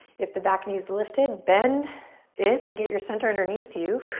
if the back knee's lifted, bend it to get your center underneath you.